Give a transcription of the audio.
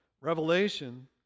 Revelation